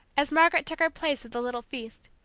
as margaret took her place at the little feast,